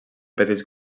petits